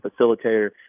facilitator